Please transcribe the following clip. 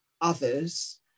others